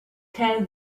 tell